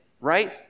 right